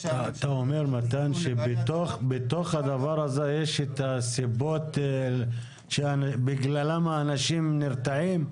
אתה אומר מתן שבתוך הדבר הזה יש את הסיבות שבגללם אנשים נרתעים?